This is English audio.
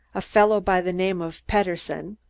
a fellow by the name of pederson,